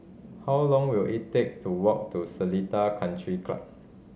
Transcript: how long will it take to walk to Seletar Country Club